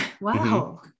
Wow